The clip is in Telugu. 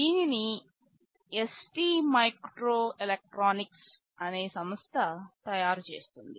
దీనిని ST మైక్రో ఎలెక్ట్రానిక్స్ అనే సంస్థ తయారు చేస్తుంది